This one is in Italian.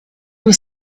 due